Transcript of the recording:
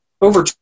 over